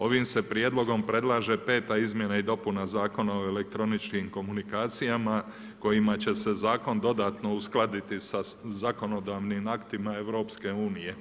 Ovim se prijedlogom predlaže peta izmjena i dopuna Zakona o elektroničkim komunikacijama kojima će se zakon dodatno uskladiti sa zakonodavnim aktima EU.